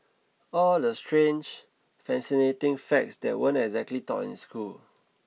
all the strange fascinating facts that weren't exactly taught in school